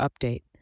update